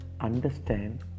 understand